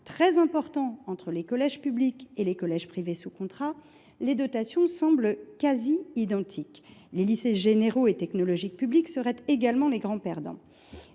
très importants entre les collèges publics et les collèges privés sous contrat, les dotations semblent quasi identiques. Les lycées généraux et technologiques publics seraient également les grands perdants.